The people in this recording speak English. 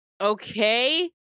Okay